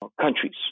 countries